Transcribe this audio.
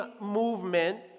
movement